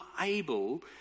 able